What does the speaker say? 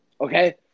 Okay